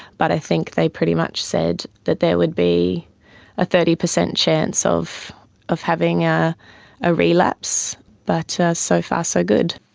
but i think they're pretty much said that there would be a thirty percent chance of of having ah a relapse. but so far so good.